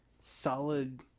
solid